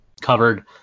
covered